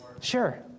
Sure